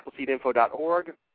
AppleseedInfo.org